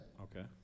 okay